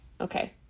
Okay